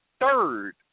third